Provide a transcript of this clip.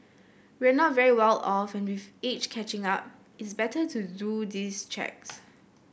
we're not very well off and with age catching up it's better to do these checks